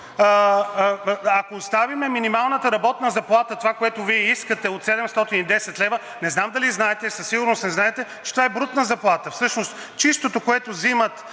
ако оставим минималната работна заплата, това, което Вие искате от 710 лв., не знам дали знаете, а със сигурност не знаете, че това е брутна заплата. Всъщност чистото, което взимат